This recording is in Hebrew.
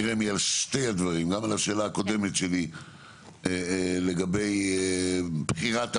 רמ"י על השאלה הקודמת בנושא בחירת המקום.